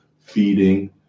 feeding